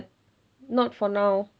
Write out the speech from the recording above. not for now